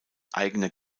eigener